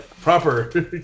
proper